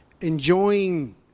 enjoying